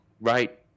right